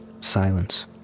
silence